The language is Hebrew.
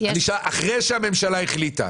בשביל מה כל המשחק הזה?